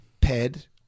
ped